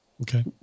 Okay